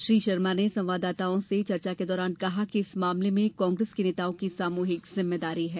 श्री शर्मा ने संवाददाताओं से चर्चा के दौरान कहा कि इस मामले में कांग्रेस के नेताओं की सामूहिक जिम्मेदारी है